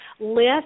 list